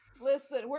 Listen